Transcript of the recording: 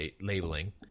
labeling